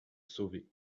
sauver